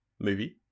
movie